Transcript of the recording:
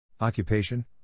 Occupation